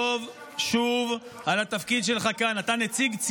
אין לי בעיה לדון איתך לשם שמיים על החוק הזה.